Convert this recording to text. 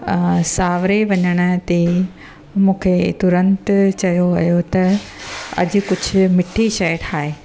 अ साउरे वञण ते मूंखे तुरंत चयो वियो त अॼु कुझु मिठी शइ ठाहे